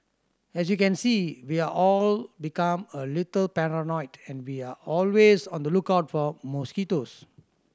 as you can see we're all become a little paranoid and we're always on the lookout for mosquitoes